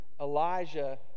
Elijah